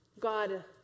God